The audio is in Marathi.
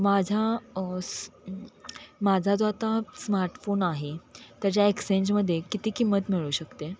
माझ्या स् माझा जो आता स्मार्टफोन आहे त्याच्या एक्सचेंजमध्ये किती किंमत मिळू शकते